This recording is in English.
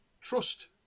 trust